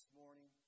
morning